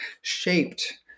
shaped